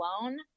alone